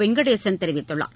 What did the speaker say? வெங்கடேசன் தெரிவித்துள்ளார்